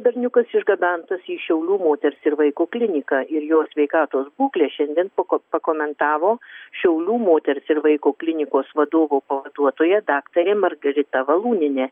berniukas išgabentas į šiaulių moters ir vaikų kliniką ir jo sveikatos būklė šiandien pako pakomentavo šiaulių moters ir vaiko klinikos vadovo pavaduotoja daktarė margarita valūnienė